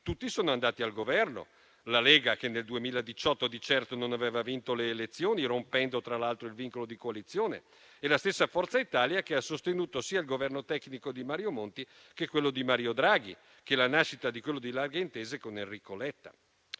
tutti sono andati al Governo: la Lega, che nel 2018 di certo non aveva vinto le elezioni, rompendo, tra l'altro, il vincolo di coalizione; la stessa Forza Italia, che ha sostenuto sia il Governo tecnico di Mario Monti, che quello di Mario Draghi, che la nascita del Governo di larghe intese con Enrico Letta.